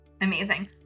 Amazing